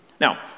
Now